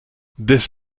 this